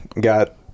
got